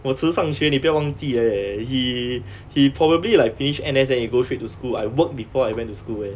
我迟上学你不要忘记 leh he he probably like finish N_S then he go straight to school I work before I went to school eh